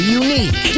unique